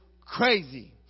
crazy